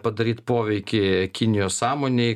padaryt poveikį kinijos sąmonei